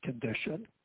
condition